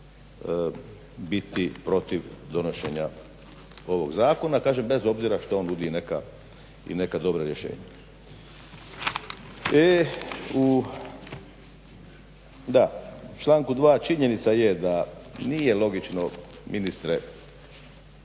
biti protiv donošenja ovog zakona, kažem bez obzira što on nudi i neka dobra rješenja. E, u da članku 2. činjenica je da nije logično ministre